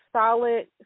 solid